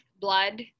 blood